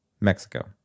Mexico